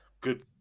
good